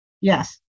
Yes